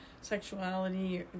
sexuality